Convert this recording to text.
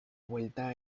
vuelta